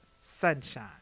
Sunshine